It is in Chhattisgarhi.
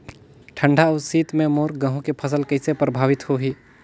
ठंडा अउ शीत मे मोर गहूं के फसल कइसे प्रभावित होही?